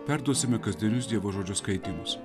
perduosime kasdienius dievo žodžio skaitymus